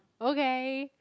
okay